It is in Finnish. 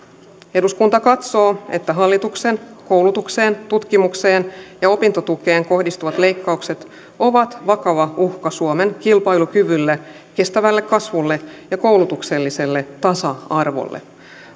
eduskunta katsoo että hallituksen koulutukseen tutkimukseen ja opintotukeen kohdistuvat leikkaukset ovat vakava uhka suomen kilpailukyvylle kestävälle kasvulle ja koulutukselliselle tasa arvolle